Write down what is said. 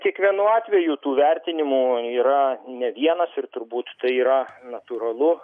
kiekvienu atveju tų vertinimų yra ne vienas ir turbūt tai yra natūralu